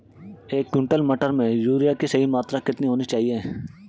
एक क्विंटल मटर में यूरिया की सही मात्रा कितनी होनी चाहिए?